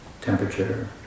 temperature